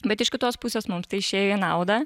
bet iš kitos pusės mums tai išėjo į naudą